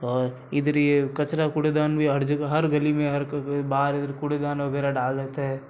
और इधर ये कचरा कूड़ेदान भी हर जगह हर गली में हर बाहर कूड़ेदान वगैरह डाल देते हैं